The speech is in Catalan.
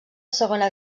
segona